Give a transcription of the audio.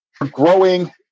growing